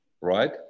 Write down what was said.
right